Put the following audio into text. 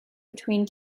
between